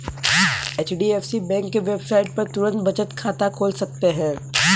HDFC bank के website पर तुरंत बचत खाता खोल सकते है